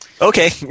Okay